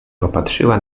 popatrzyła